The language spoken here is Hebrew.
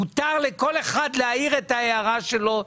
מותר לכל אחד להעיר את ההערה שלו.